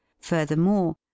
Furthermore